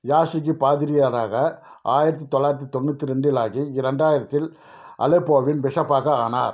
Yazigi பாதிரியாராக ஆயிரத்தி தொள்ளாயிரத்தி தொண்ணூற்றி ரெண்டு இல் ஆகி இரண்டாயிரத்தில் அலெப்போவின் பிஷப்பாக ஆனார்